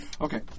Okay